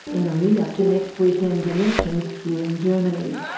in the lead-up to next weekend's elections here in germany.